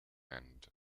and